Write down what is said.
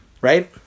right